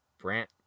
Brant